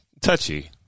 touchy